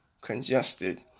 congested